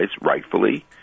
rightfully